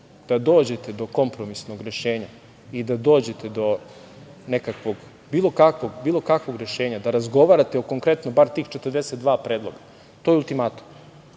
da dođete do kompromisnog rešenja i da dođete do bilo kakvog rešenja, da razgovarate konkretno, barem o tih 42 predloga, to je ultimatum